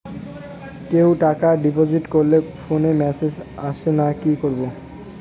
কেউ টাকা ডিপোজিট করলে ফোনে মেসেজ আসেনা কি করবো?